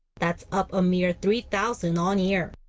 that's up a mere three-thousand on-year.